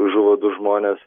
žuvo du žmonės